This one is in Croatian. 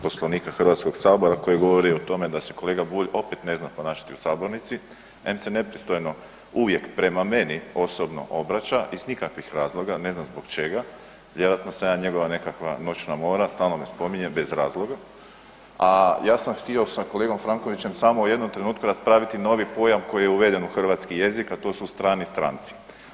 Poslovnika HS-a koji govori o tome da se kolega Bulj opet ne zna ponašati u sabornici, em se nepristojno uvijek prema meni osobno obraća iz nikakvih razloga, ne znam zbog čega, vjerojatno sam ja njegova nekakva noćna mora, stalno me spominje bez razloga, a ja sam htio sa kolegom Frankovićem samo u jednom trenutku raspraviti novi pojam koji je uveden u hrvatski jezik, a to su strani stranci.